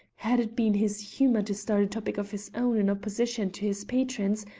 had it been his humour to start a topic of his own in opposition to his patron's,